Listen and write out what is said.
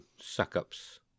suck-ups